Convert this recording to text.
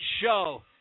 show